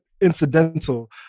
incidental